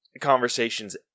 conversations